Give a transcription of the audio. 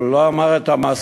אבל הוא לא אמר את המסקנה,